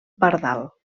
pardal